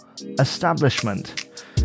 establishment